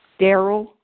Daryl